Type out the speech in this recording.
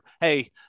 Hey